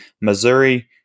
Missouri